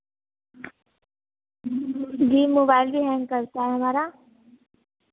यह मोबाइल भी हैंग करता है हमारा